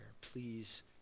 Please